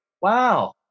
wow